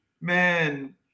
man